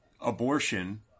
abortion